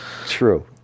True